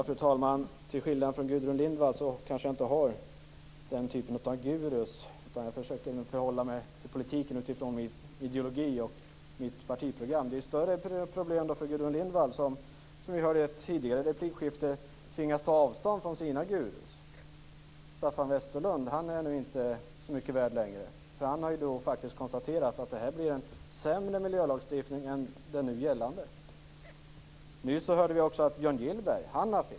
Fru talman! Till skillnad från Gudrun Lindvall har jag nog inte nämnda typ av guruer. I stället försöker jag förhålla mig till politiken utifrån min ideologi och mitt partis program. Det är ett större problem för Gudrun Lindvall. I ett replikskifte tidigare hörde vi ju att hon tvingas ta avstånd från sina guruer. Staffan Westerlund är inte längre så mycket värd, för han har konstaterat att den nya miljölagstiftningen blir sämre än den nu gällande. Nyss hörde vi att Björn Gillberg har fel.